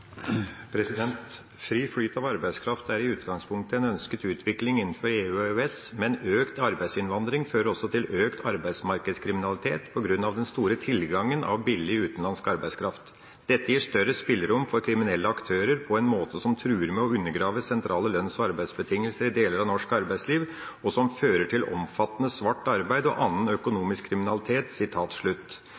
økt arbeidsmarkedskriminalitet, på grunn av den store tilgangen av utenlandsk arbeidskraft. Dette gir større spillerom for kriminelle aktører, på en måte som truer med å undergrave sentrale lønns- og arbeidsbetingelser i deler av norsk arbeidsliv, og som fører til omfattende svart arbeid og annen økonomisk kriminalitet.»